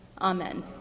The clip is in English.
Amen